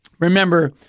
Remember